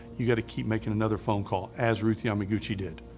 you've got to keep making another phone call as ruth yamaguchi did.